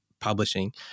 publishing